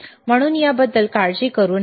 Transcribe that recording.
म्हणून या बद्दल काळजी करू नका